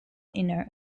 inner